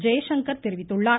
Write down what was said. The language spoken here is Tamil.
ஜெய்சங்கர் தெரிவித்தார்